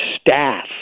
staff